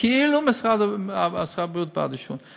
כאילו שר הבריאות בעד עישון.